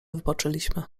wypoczęliśmy